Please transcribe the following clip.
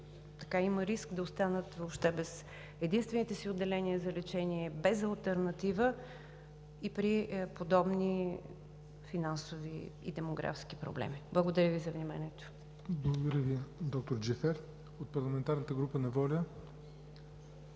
райони има риск да останат въобще без единствените си отделения за лечение, без алтернатива и при подобни финансови и демографски проблеми. Благодаря Ви за вниманието.